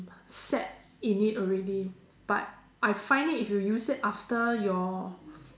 set in it already but I find it if you use it after your